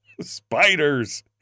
spiders